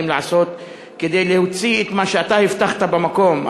לעשות כדי להוציא את מה שאתה הבטחת במקום,